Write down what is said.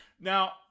Now